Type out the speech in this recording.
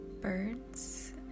birds